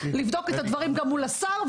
לבדוק את הדברים גם מול השר,